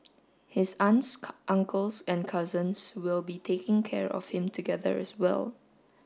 his aunts uncles and cousins will be taking care of him together as well